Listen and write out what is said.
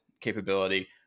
capability